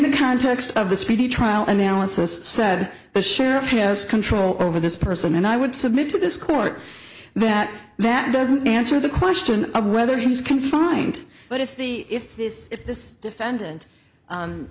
the context of the speedy trial analysis said the sheriff has control over this person and i would submit to this court that that doesn't answer the question of whether he was confined but if the if this if this defendant